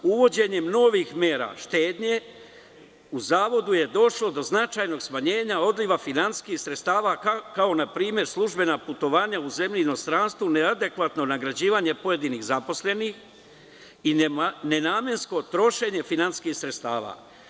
Uvođenjem novih mera štednje, u Zavodu je došlo do značajnog smanjenja odliva finansijskih sredstava kao npr. službena putovanja u zemlji i inostranstvu, neadekvatno nagrađivanje pojedinih zaposlenih i nenamensko trošenje finansijskih sredstava.